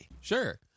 Sure